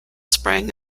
sprang